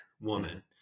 woman